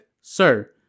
Sir